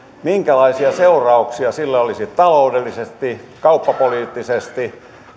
minkälaisia seurauksia sillä olisi taloudellisesti kauppapoliittisesti